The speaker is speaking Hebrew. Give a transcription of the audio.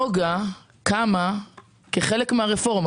נגה קמה כחלק מהרפורמה.